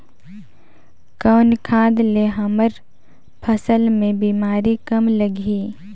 कौन खाद ले हमर फसल मे बीमारी कम लगही?